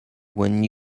when